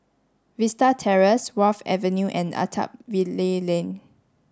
Vista Terrace Wharf Avenue and Attap Valley Lane